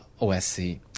OSC